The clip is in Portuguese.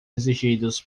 exigidos